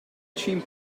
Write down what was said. cheam